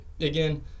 again